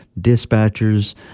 dispatchers